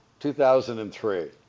2003